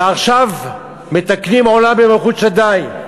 ועכשיו מתקנים עולם במלכות שדי.